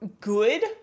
good